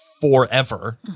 forever